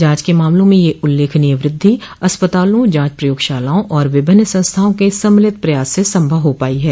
जांच के मामलों में यह उल्लेखनीय वृद्धि अस्पतालों जांच प्रयोगशालाओं और विभिन्न संस्थाओं के सम्मिलित प्रयास से संभव हो पाई है